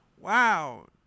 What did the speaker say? Wow